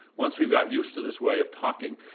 once we've gotten used to this way of talking,